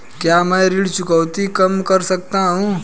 क्या मैं ऋण चुकौती कम कर सकता हूँ?